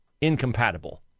incompatible